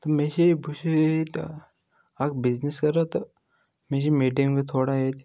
تہٕ مےٚ چھِ بہٕ چھُس ییٚتہِ اَکھ بِزنِس کَران تہٕ مےٚ چھِ میٖٹِنٛگ بیٚیہِ تھوڑا ییٚتہِ